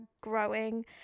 growing